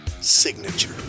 signature